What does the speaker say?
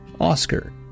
Oscar